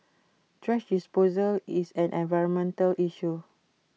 thrash disposal is an environmental issue